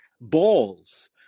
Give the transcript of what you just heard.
balls